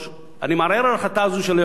אני מערער על ההחלטה הזאת של היועץ המשפטי.